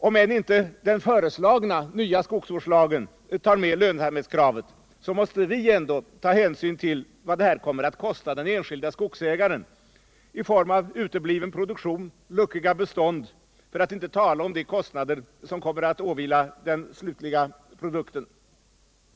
Om än inte den föreslagna nya skogsvårdslagen tar med lönsamhetskravet, måste vi i alla fall ta hänsyn till vad det här kommer att kosta den enskilde skogsägaren i form av utebliven produktion och luckiga bestånd, för att inte tala om de kostnader som kommer att åvila den slutliga produkten.